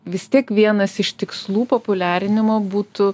vis tiek vienas iš tikslų populiarinimo būtų